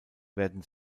werden